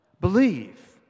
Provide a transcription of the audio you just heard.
believe